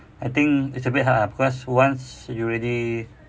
I think it's a bit hard ah because once you already